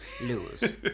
lose